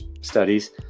studies